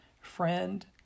Friend